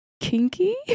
kinky